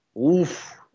Oof